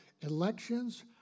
elections